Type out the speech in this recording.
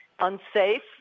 unsafe